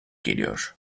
geliyor